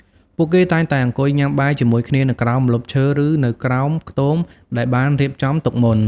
ពួកគេតែងតែអង្គុយញ៉ាំបាយជាមួយគ្នានៅក្រោមម្លប់ឈើឬនៅក្រោមខ្ទមដែលបានរៀបចំទុកមុន។